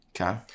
okay